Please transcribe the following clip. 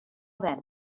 then